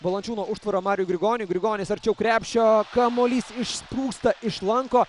valančiūno užtvara mariui grigoniui grigonis arčiau krepšio kamuolys išsprūsta iš lanko